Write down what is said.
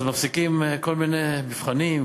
מפסיקים כל מיני מבחנים,